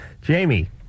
Jamie